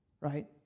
right